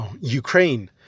Ukraine